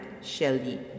Shelley